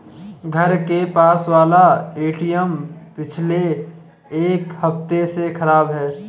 घर के पास वाला एटीएम पिछले एक हफ्ते से खराब है